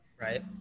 Right